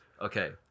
okay